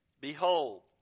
Behold